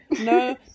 No